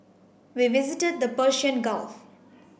we visited the Persian Gulf